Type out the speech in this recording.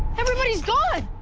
everybody's gone!